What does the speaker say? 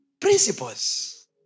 Principles